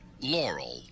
Laurel